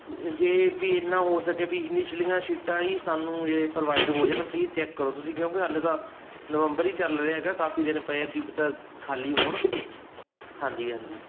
ਜੇ ਵੀ ਇੰਨਾਂ ਹੋ ਸਕੇ ਵੀ ਇਨੀਸ਼ਲੀਆਂ ਸੀਟਾਂ ਹੀ ਸਾਨੂੰ ਇਹ ਪ੍ਰੋਵਾਈਡ ਹੋ ਜਾਣ ਪਲੀਜ਼ ਚੈਕ ਕਰੋ ਤੁਸੀਂ ਕਿਉਂਕਿ ਹਾਲੇ ਤਾਂ ਨਵੰਬਰ ਹੀ ਚੱਲ ਰਿਹਾ ਹੈਗਾ ਕਾਫੀ ਦਿਨ ਪਏ ਆ ਕੀ ਪਤਾ ਖਾਲੀ ਹੋਣ ਹਾਂਜੀ ਹਾਂਜੀ